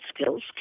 skills